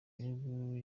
bihugu